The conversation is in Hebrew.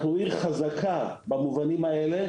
אנחנו עיר חזקה במובנים האלה,